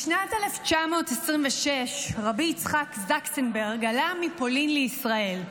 בשנת 1926 רבי יצחק זקסנברג עלה מפולין לישראל.